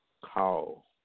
Call